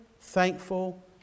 thankful